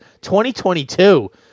2022